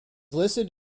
listed